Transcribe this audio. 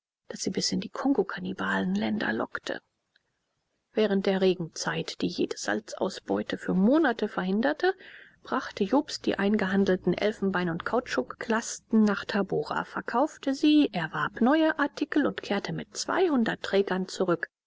das sie bis in die kongokannibalenländer lockte während der regenzeit die jede salzausbeute für monate verhinderte brachte jobst die eingehandelten elfenbein und kautschuklasten nach tabora verkaufte sie erwarb neue artikel und kehrte mit zweihundert trägern zurück